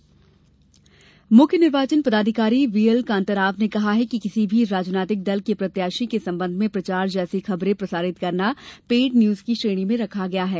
निर्वाचन कार्यशाला मुख्य निर्वाचन पदाधिकारी बीएल कांताराव ने कहा है कि किसी भी राजनैतिक दल के प्रत्याशी के संबंध में प्रचार जैसी खबरें प्रसारित करना पेड न्यज की श्रेणी में रखा गया है